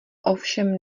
ovšem